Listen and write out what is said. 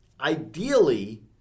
ideally